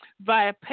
via